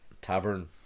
Tavern